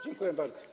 Dziękuję bardzo.